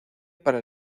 para